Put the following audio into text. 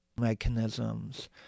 mechanisms